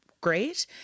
great